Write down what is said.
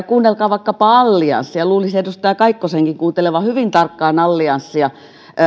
kuunnelkaa vaikkapa allianssia luulisi edustaja kaikkosenkin kuuntelevan hyvin tarkkaan allianssia